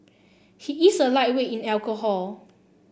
he is a lightweight in alcohol